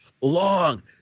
long